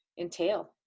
entail